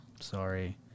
Sorry